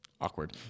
awkward